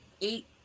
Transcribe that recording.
eight